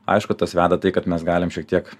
aišku tas veda tai kad mes galim šiek tiek